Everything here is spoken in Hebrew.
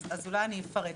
אז אולי אני אפרט.